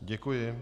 Děkuji.